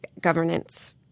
governance